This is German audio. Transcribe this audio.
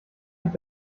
hat